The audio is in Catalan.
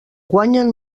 guanyen